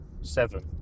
seven